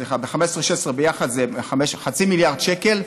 סליחה: ב-2015 ו-2016 ביחד זה חצי מיליארד שקל,